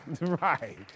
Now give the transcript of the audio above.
right